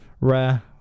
Rare